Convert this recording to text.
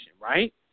right